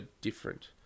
different